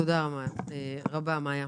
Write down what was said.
תודה רבה, מאיה.